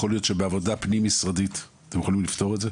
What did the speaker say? יכול להיות שבעבודה פנים משרדית אתם יכולים לפתור את זה.